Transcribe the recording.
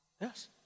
Yes